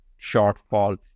shortfall